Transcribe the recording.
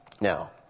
Now